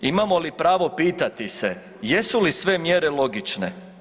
Imamo li pravo pitati se jesu li sve mjere logične?